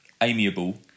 amiable